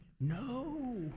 No